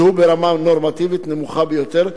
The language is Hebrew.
שהוא ברמה נורמטיבית נמוכה ביותר.